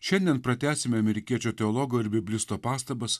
šiandien pratęsime amerikiečių teologo ir biblisto pastabas